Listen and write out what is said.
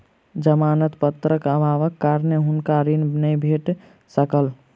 जमानत पत्रक अभावक कारण हुनका ऋण नै भेट सकल